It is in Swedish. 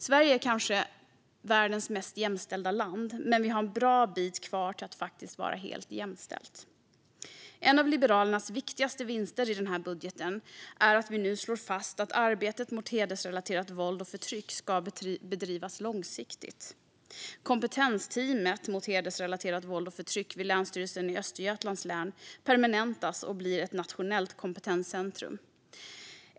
Sverige är kanske världens mest jämställda land men har en bra bit kvar till att faktiskt vara helt jämställt. En av Liberalernas viktigaste vinster i denna budget är att vi nu slår fast att arbetet mot hedersrelaterat våld och förtryck ska bedrivas långsiktigt. Kompetensteamet mot hedersrelaterat våld och förtryck vid Länsstyrelsen i Östergötlands län permanentas och blir ett nationellt kompetenscentrum.